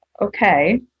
Okay